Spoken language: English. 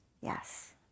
Yes